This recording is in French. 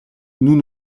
nous